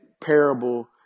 parable